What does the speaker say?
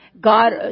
God